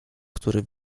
który